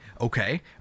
okay